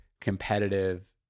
competitive